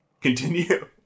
continue